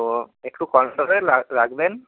তো একটু কন্ট্রোলে রাখবেন